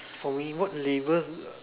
for me what labels